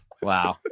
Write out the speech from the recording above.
Wow